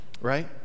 Right